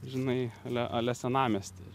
žinai ale ale senamiestį